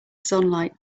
sunlight